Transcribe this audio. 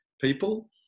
people